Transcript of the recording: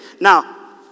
Now